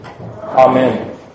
Amen